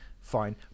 fine